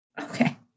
Okay